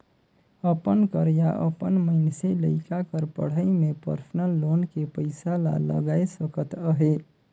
अपन कर या अपन मइनसे लइका कर पढ़ई में परसनल लोन के पइसा ला लगाए सकत अहे